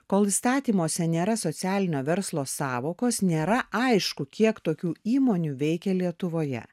kol įstatymuose nėra socialinio verslo sąvokos nėra aišku kiek tokių įmonių veikė lietuvoje